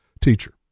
teacher